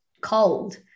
cold